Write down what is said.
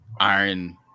Iron